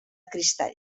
cristall